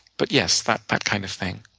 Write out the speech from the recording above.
but yes, that that kind of thing.